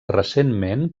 recentment